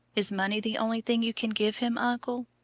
is money the only thing you can give him, uncle?